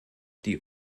die